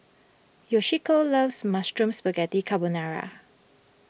Yoshiko loves Mushroom Spaghetti Carbonara